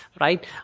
right